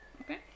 Okay